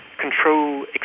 control